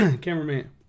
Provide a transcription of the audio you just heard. Cameraman